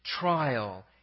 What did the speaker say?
trial